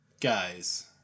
Guys